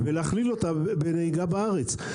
ולהכליל אותה לנהיגה בארץ.